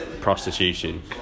prostitution